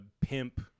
pimp